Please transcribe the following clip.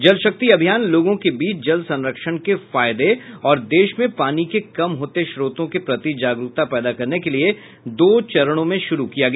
जल शक्ति अभियान लोगों के बीच जल संरक्षण के फायदे और देश में पानी के कम होते स्रोतो के प्रति जागरुकता पैदा करने के लिए दो चरणों में शुरु किया गया